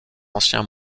ancien